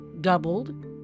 doubled